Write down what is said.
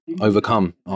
overcome